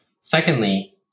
secondly